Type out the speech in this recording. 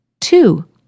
Two